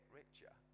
richer